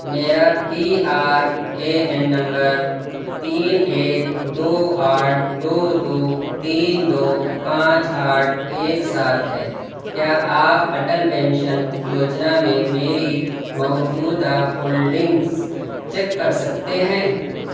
میرا P R A N نمبر تین ایک دو آٹھ دو دو تین دو پانچ آٹھ ایک سات ہے کیا آپ اٹل پینشن یوجنا میں میری موجودہ ہولڈنگز چیک کر سکتے ہیں